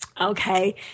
Okay